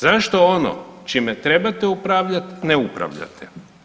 Zašto ono čime trebate upravljati, ne upravljate?